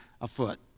afoot